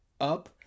up